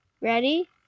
Ready